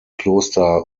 kloster